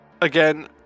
Again